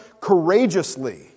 courageously